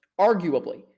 arguably